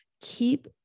keep